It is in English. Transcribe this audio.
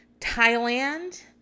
Thailand